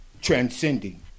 transcending